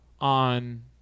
on